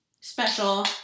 special